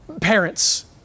Parents